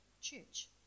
Church